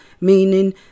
meaning